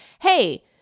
hey